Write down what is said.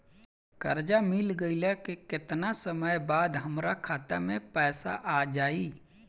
कर्जा मिल गईला के केतना समय बाद हमरा खाता मे पैसा आ जायी?